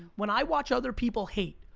when i watch other people hate,